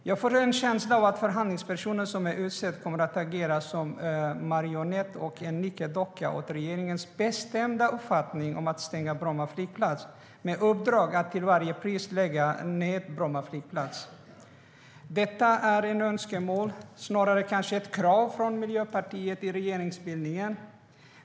Jag får en känsla av att den förhandlingsperson som är utsedd kommer att agera som en marionett och en nickedocka åt regeringen med dess bestämda uppfattning om att till varje pris lägga ned Bromma flygplats. Detta var ett önskemål eller kanske snarare ett krav från Miljöpartiet i regeringsbildningen.